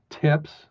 tips